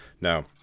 Now